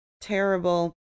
terrible